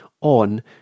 on